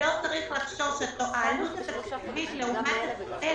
צריך לחשוב על העלות התקציבית לעומת התועלת.